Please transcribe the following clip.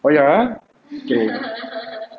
oh ya ah okay